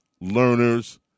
learner's